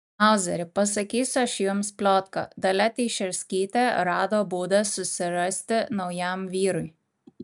mauzeri pasakysiu aš jums pliotką dalia teišerskytė rado būdą susirasti naujam vyrui